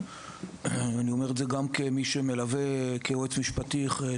ואני אומר את זה גם כמי שמלווה כיועץ משפטי.